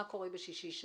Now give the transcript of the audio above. מה קורה בשישי-שבת,